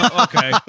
okay